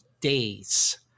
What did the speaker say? days